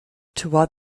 toward